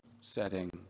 setting